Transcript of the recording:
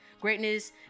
Greatness